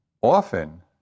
often